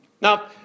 Now